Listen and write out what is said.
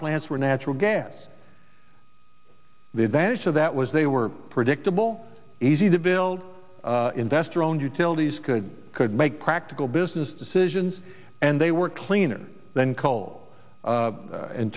plants were natural gas the advantage of that was they were predictable easy to build investor owned utilities could could make practical business decisions and they were cleaner than co